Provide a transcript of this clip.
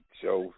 show